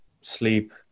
sleep